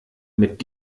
mit